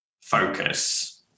focus